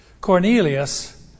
Cornelius